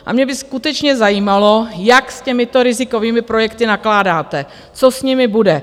A mě by skutečně zajímalo, jak s těmito rizikovými projekty nakládáte, co s nimi bude.